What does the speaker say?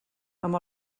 amb